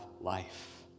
life